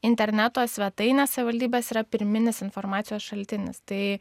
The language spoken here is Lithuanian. interneto svetainės savivaldybės yra pirminis informacijos šaltinis tai